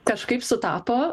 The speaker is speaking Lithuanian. kažkaip sutapo